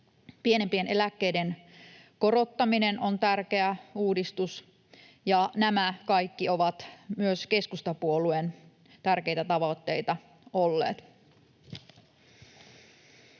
Pienimpien eläkkeiden korottaminen on tärkeä uudistus. Ja nämä kaikki ovat myös keskustapuolueen tärkeitä tavoitteita olleet.